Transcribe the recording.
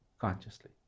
consciously